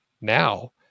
now